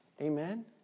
Amen